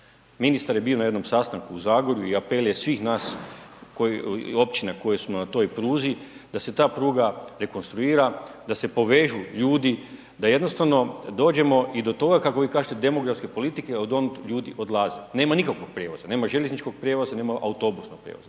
Ministar je bio na jednom sastanku u Zagorju i apel je svih nas, općina koje smo na toj pruzi da se ta pruga rekonstruira, da se povežu ljudi, da jednostavno dođemo i do toga kako vi kažete, demografske politike, odonud ljudi odlaze, nema nikakvog prijevoza. Nema željezničkog prijevoza, nema autobusnog prijevoza.